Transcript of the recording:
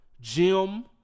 Jim